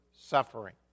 suffering